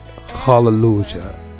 Hallelujah